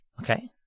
Okay